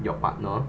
your partner